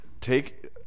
take